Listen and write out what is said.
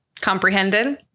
Comprehended